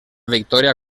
victòria